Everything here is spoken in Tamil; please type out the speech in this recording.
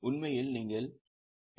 உண்மையில் நீங்கள் என்